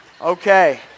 Okay